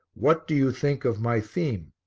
what do you think of my theme?